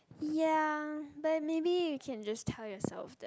ya but maybe you can just tell yourself that